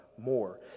more